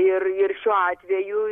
ir ir šiuo atveju